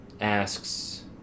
asks